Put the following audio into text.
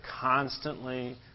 constantly